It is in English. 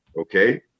Okay